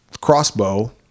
crossbow